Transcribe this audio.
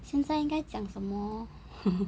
现在应该讲什么